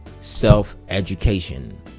Self-education